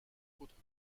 autres